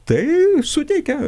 tai suteikia